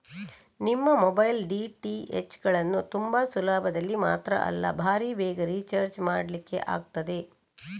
ನಿಮ್ಮ mobile, DTH ಗಳನ್ನ ತುಂಬಾ ಸುಲಭದಲ್ಲಿ ಮಾತ್ರ ಅಲ್ಲ ಭಾರೀ ಬೇಗ ರಿಚಾರ್ಜ್ ಮಾಡ್ಲಿಕ್ಕೆ ಆಗ್ತದೆ